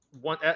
one